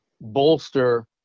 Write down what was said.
bolster